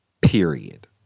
Period